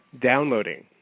downloading